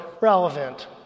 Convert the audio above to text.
relevant